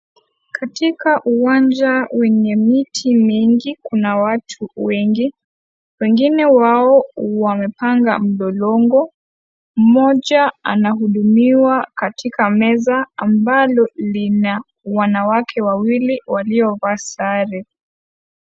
Katika uwanja wenye miti mingi kuna watu wengi, wengine wao wamepanga mlolongo, mmoja anahudumiwa katika meza ambalo lina wanawake wawili waliovaa sare.